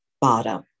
bottom